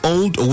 Old